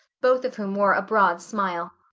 both of whom wore a broad smile.